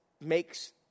makes